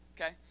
Okay